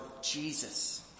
jesus